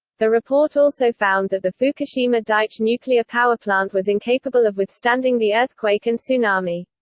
the report also found that the fukushima daiichi nuclear power plant was incapable of withstanding the earthquake and tsunami.